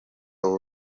w’u